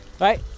Right